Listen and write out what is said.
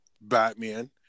Batman